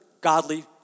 godly